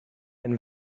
and